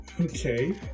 Okay